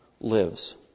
lives